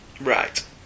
Right